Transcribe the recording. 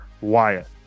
Wyatt